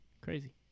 Crazy